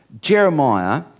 Jeremiah